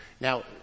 Now